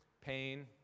pain